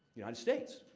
united states.